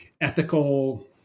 ethical